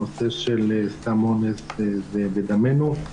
הנושא של סם אונס זה בדמנו.